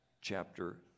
chapter